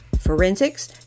forensics